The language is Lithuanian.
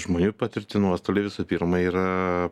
žmonių patirti nuostoliai visų pirma yra